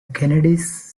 kennedys